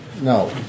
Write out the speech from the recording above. No